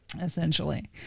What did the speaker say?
essentially